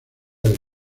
del